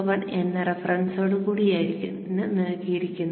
1 എന്ന റഫറൻസോടുകൂടിയാണ് നൽകിയിരിക്കുന്നത്